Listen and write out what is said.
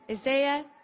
Isaiah